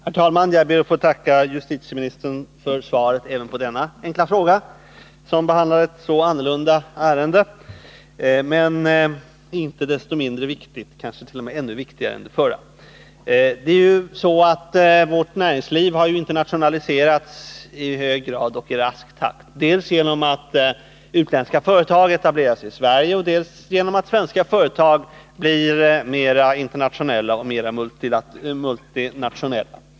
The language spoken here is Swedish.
Herr talman! Jag ber att få tacka justitieministern för svaret på också denna fråga, som behandlar ett så annorlunda men inte desto mindre viktigt ärende — kanske t.o.m. ännu viktigare än den förra. Vårt näringsliv har internationaliserats i hög grad och i rask takt dels genom att utländska företag etablerar sig i Sverige, dels genom att svenska företag blir mera internationella och multinationella.